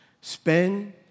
spend